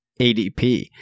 ADP